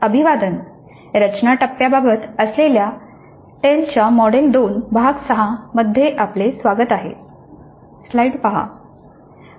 अभिवादन रचना टप्प्याबाबत असलेल्या टेलच्या मॉडेल 2 भाग 6 मध्ये आपले स्वागत आहे